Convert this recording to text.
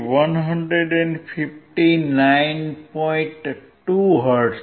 2 hertz છે